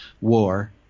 war